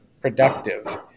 productive